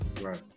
Right